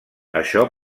això